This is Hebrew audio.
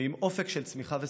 ועם אופק של צמיחה ושגשוג.